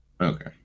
Okay